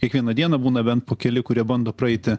kiekvieną dieną būna bent po keli kurie bando praeiti